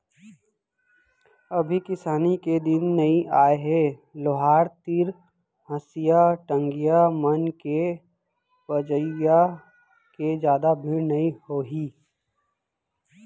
अभी किसानी के दिन नइ आय हे लोहार तीर हँसिया, टंगिया मन के पजइया के जादा भीड़ नइ होही